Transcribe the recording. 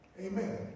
Amen